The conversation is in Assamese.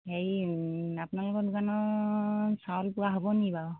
হেৰি আপোনালোকৰ দোকানৰ চাউল পোৱা হ'ব নেকি বাৰু